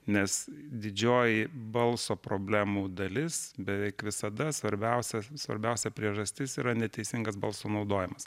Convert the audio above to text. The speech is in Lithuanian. nes didžioji balso problemų dalis beveik visada svarbiausias svarbiausia priežastis yra neteisingas balso naudojimas